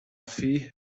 فیه